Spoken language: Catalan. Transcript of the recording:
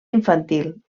infantil